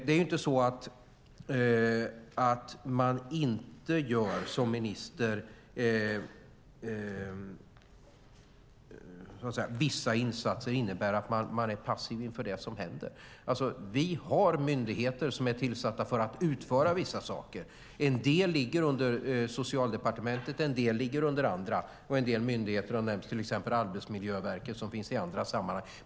Om man som minister inte gör vissa insatser innebär det inte att man är passiv inför det som händer. Vi har myndigheter som är tillsatta för att utföra vissa saker. En del ligger under Socialdepartementet, en del under andra departement, och vissa andra har nämnts, till exempel Arbetsmiljöverket, som finns i andra sammanhang.